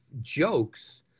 jokes